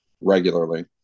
regularly